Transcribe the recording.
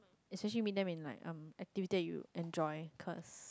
especially in meet them in like activity you enjoy cause